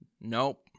Nope